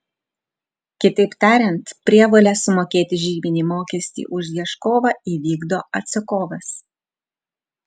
kitaip tariant prievolę sumokėti žyminį mokestį už ieškovą įvykdo atsakovas